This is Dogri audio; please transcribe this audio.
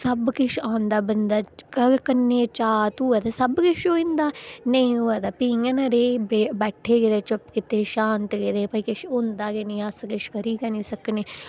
सब किश आह्नदा बंदा पर करने दी चाह्त होऐ ते सब किश होई जंदा नेईं होऐ ते प्ही इं'या गै रेह् बैठे गेदे चुप्प कीते दे शांत गेदे भाई किश होंदा गै नेईं ऐ अस किश करी गै नेईं सकने